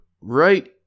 right